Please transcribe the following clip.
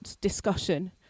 discussion